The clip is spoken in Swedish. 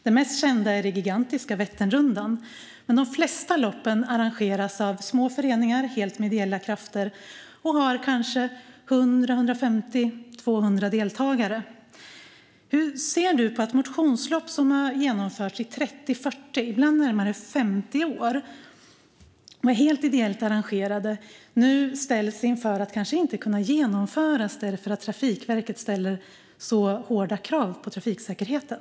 Det mest kända är det gigantiska Vätternrundan, men de flesta lopp arrangeras av små föreningar, helt med ideella krafter, och har kanske 100, 150 eller 200 deltagare. Hur ser du på att motionslopp som har genomförts i 30, 40 eller ibland närmare 50 år och är helt ideellt arrangerade nu kanske inte kommer att kunna genomföras därför att Trafikverket ställer så hårda krav på trafiksäkerheten?